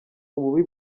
ububi